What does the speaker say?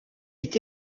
est